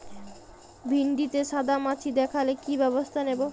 ভিন্ডিতে সাদা মাছি দেখালে কি ব্যবস্থা নেবো?